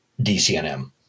DCNM